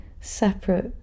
separate